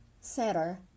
center